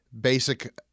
basic